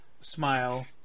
smile